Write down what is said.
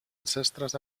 ancestres